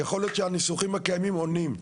יכול להיות שהניסוחים הקיימים עונים.